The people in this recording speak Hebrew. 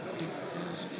נא לשבת,